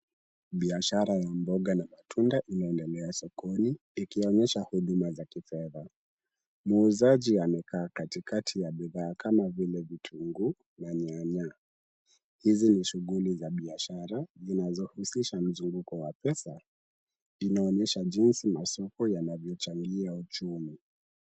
Biashara ya mboga na matunda inaendelea sokoni, ikionyesha huduma za kifedha. Muuzaji amekaa katikati ya bidhaa kama vile; vitunguu na nyanya. Hizi ni shuguli za biashara zinazohusisha mzunguko wa pesa, inaonyesha jinsi masoko yanavyochangia uchumi.